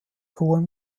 hohem